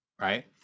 right